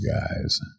guys